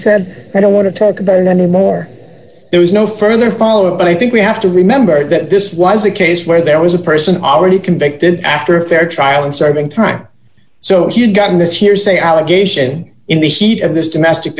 said i don't want to talk about it anymore there was no further follow up and i think we have to remember that this was a case where there was a person already convicted after a fair trial and serving time so he had gotten this hearsay allegation in the heat of this domestic